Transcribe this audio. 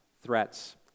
threats